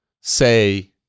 say